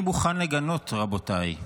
אני מוכן לגנות, רבותיי,